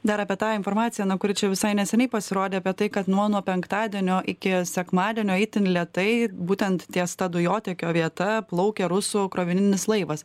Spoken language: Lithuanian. dar apie tą informaciją na kuri čia visai neseniai pasirodė apie tai kad nuo nuo penktadienio iki sekmadienio itin lėtai būtent ties ta dujotiekio vieta plaukė rusų krovininis laivas